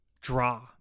draw